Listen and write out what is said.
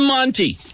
Monty